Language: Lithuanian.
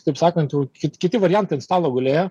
taip sakant jau ki kiti variantai ant stalo gulėjo